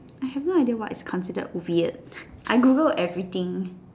I have no idea what is considered weird I Googled everything